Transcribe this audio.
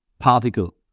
particle